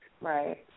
right